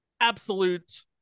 absolute